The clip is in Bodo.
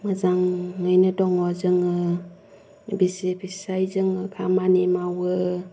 मोजाङैनो दङ जोङो बिसि फिसाय जोङो खामानि मावो